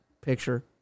picture